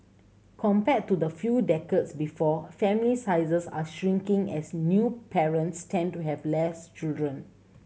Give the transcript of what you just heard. compared to the few decades before family sizes are shrinking as new parents tend to have less children